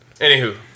anywho